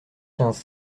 quinze